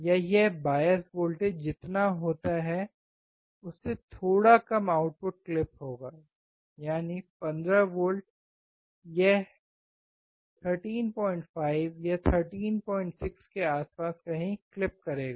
या यह bias voltage जितना होता है उससे थोड़ा कम आउटपुट क्लिप होगा यानी 15 वोल्ट यह 135 या 136 के आसपास कहीं क्लिप करेगा